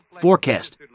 Forecast